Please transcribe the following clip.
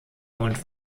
und